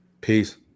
Peace